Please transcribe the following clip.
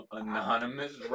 anonymous